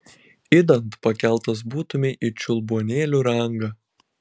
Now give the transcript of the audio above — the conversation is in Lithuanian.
idant pakeltas būtumei į čiulbuonėlių rangą